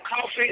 coffee